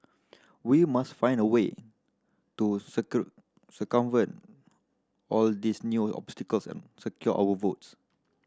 we must find a way to circumvent all these new obstacles and secure our votes